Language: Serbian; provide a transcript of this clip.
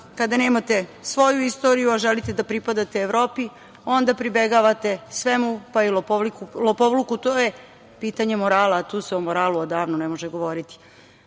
kada nemate svoju istoriju, a želite da pripadate Evropi, onda pribegavate svemu pa i lopovluku. To je pitanje morala, a tu se o moralu odavno ne može govoriti. Naglasiću